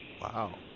Wow